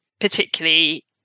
particularly